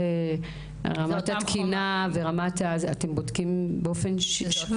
זה אותה תקינה ואותה רמה אתם בודקים באופן שונה?